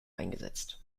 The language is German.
eingesetzt